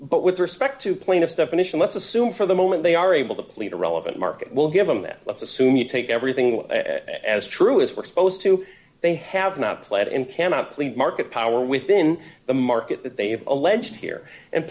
but with respect to plaintiff definition let's assume for the moment they are able to plead the relevant market will give them that let's assume you take everything as true as we're supposed to they have not played and cannot plead market power within the market that they have alleged here and